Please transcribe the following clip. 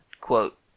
quote